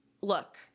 look